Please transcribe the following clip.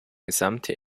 gesamte